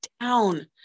down